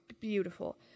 beautiful